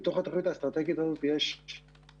בתוך התוכנית האסטרטגית הזו יש מגוון